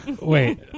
Wait